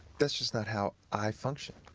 that's just not how i function.